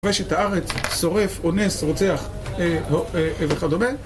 כובש את הארץ, שורף, אונס, רוצח וכדומה.